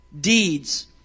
deeds